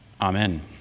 Amen